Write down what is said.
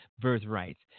birthrights